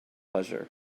pleasure